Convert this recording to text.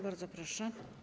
Bardzo proszę.